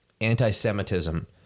anti-Semitism